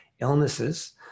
illnesses